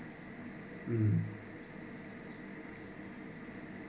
mm